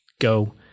go